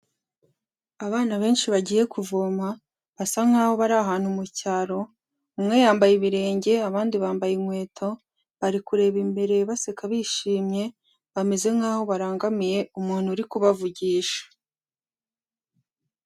Abana benshi bagiye kuvoma basa nk'aho bari ahantu mu cyaro, umwe yambaye ibirenge abandi bambaye inkweto, bari kureba imbere baseka bishimye bameze nkaho barangamiye umuntu uri kubavugisha.